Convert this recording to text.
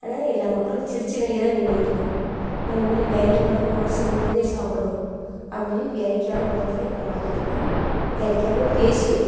ஆனால் எல்லா மக்களும் சிரிச்ச மேனிக்கா தான் மீன் வாங்கிட்டு போகணும் நம்ம மீனை வாங்கிட்டு போகிறவங்க மனது நிம்மதியாக சாப்பிடணும் அப்படின் சொல்லி வேடிக்கையான உலகத்துலேயே நான் வாழ்ந்துகிட்டுருக்கேன் வேடிக்கையாகவும் பேசுவேன்